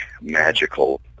magical